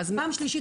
אחדד.